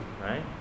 right